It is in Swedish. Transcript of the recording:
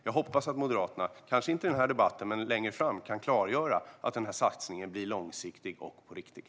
Jag hoppas att Moderaterna kanske inte i den här debatten men längre fram kan klargöra att den satsningen blir långsiktig och på riktigt.